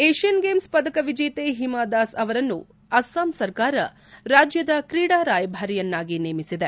Asian ಗೇಮ್ಲ್ ಪದಕ ವಿಜೇತೆ ಹಿಮಾದಾಸ್ ಅವರನ್ನು ಅಸ್ಸಾಂ ಸರ್ಕಾರ ರಾಜ್ಯದ ಕ್ರೀಡಾ ರಾಯಭಾರಿಯನ್ನಾಗಿ ನೇಮಿಸಿದೆ